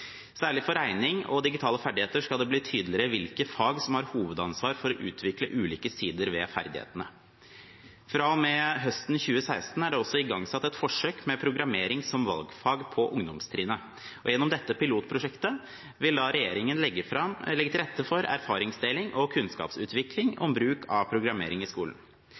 Særlig for regning og digitale ferdigheter skal det bli tydeligere hvilke fag som har hovedansvar for å utvikle ulike sider ved ferdighetene. Fra og med høsten 2016 er det også igangsatt et forsøk med programmering som valgfag på ungdomstrinnet. Gjennom dette pilotprosjektet vil regjeringen legge til rette for erfaringsdeling og kunnskapsutvikling om bruk av programmering i skolen.